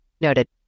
noted